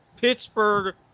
Pittsburgh